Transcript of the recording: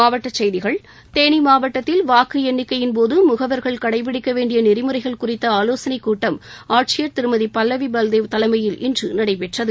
மாவட்ட செய்திகள் தேனி மாவட்டத்தில் வாக்கு எண்ணிக்கையின் போது முகவர்கள் கடைபிடிக்க வேண்டிய நெறிமுறைகள் குறித்த ஆலோசனை கூட்டம் ஆட்சியர் திருமதி பல்லவி பல்தேவ் தலைமையில் இன்று நடைபெற்றது